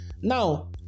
Now